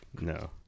No